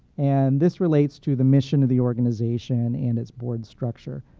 and this relates to the mission of the organization and its board structure.